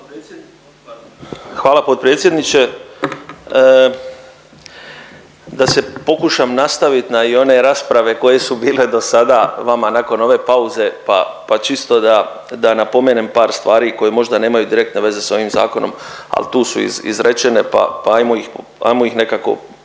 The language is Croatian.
Hvala potpredsjedniče. Da se pokušam nastavit na one rasprave koje su bile do sada vama nakon ove pauze pa, pa čisto da, da napomenem par stvari koje možda nemaju direktne veze s ovim zakonom al tu su izrečene pa, pa ajmo ih, ajmo ih